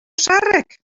zaharrek